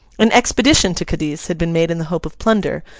an expedition to cadiz had been made in the hope of plunder,